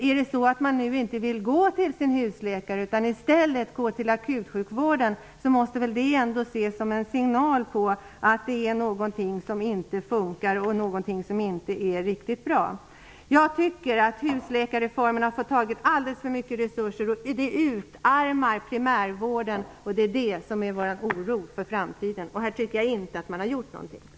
Är det så, att man inte vill gå till sin husläkare utan i stället går till akutsjukvården, måste det väl ändå ses som en signal på att det är något som inte fungerar och som inte är riktigt bra. Husläkarreformen har fått ta alldeles för mycket resurser. Det utarmar primärvården, och det är det som är vår oro för framtiden. Jag tycker inte att man gjort något på det området.